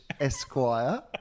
Esquire